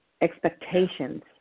expectations